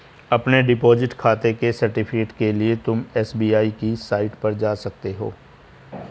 अपने डिपॉजिट खाते के सर्टिफिकेट के लिए तुम एस.बी.आई की साईट पर जा सकते हो